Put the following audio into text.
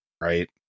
right